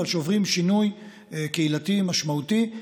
אבל שעוברים שינוי קהילתי משמעותי,